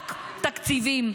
רק תקציבים.